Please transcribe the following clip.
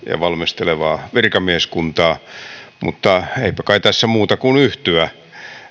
valmistelevaa virkamieskuntaa mutta eipä kai tässä muuta voi kuin yhtyä